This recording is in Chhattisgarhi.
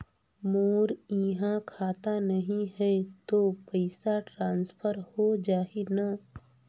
मोर इहां खाता नहीं है तो पइसा ट्रांसफर हो जाही न?